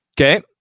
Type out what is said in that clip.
Okay